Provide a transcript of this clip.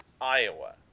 Iowa